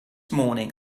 morning